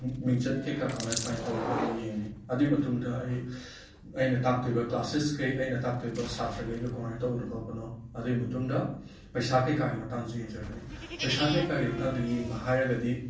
ꯃꯤꯡꯆꯠ ꯀꯩ ꯀꯥ ꯀꯃꯥꯏ ꯀꯃꯥꯏ ꯇꯧꯋꯤ ꯈꯣꯠꯂꯤ ꯌꯦꯡꯉꯅꯤ ꯑꯗꯨꯒꯤ ꯃꯇꯨꯡꯗ ꯑꯩ ꯑꯩꯅ ꯇꯥꯛꯇꯣꯏꯕ ꯀ꯭ꯂꯥꯁꯦꯁ ꯈꯩ ꯑꯩꯅ ꯇꯥꯥꯛꯇꯣꯏꯕ ꯁꯥꯇ꯭ꯔꯒꯩꯗꯣ ꯀꯥꯃꯥꯏꯅ ꯇꯧꯕꯅꯣ ꯈꯣꯠꯄꯅꯣ ꯑꯗꯨꯒꯤ ꯃꯇꯨꯡꯗ ꯄꯩꯁꯥ ꯀꯩ ꯀꯥꯒꯤ ꯃꯇꯥꯡꯁꯨ ꯌꯦꯡꯖꯔꯛꯅꯤ ꯄꯩꯁꯥ ꯀꯩ ꯀꯥꯒꯤ ꯃꯇꯥꯡꯗ ꯌꯦꯡꯕ ꯍꯥꯏꯔꯒꯗꯤ